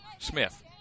Smith